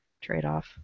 trade-off